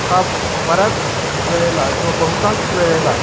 हा बऱ्याच वेळेला किंवा बहुतांश वेळेला